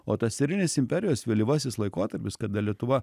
o tas eilinis imperijos vėlyvasis laikotarpis kada lietuva